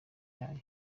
yayo